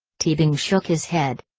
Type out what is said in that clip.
teabing shook his head.